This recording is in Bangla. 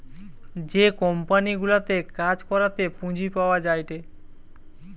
যে কোম্পানি গুলাতে কাজ করাতে পুঁজি পাওয়া যায়টে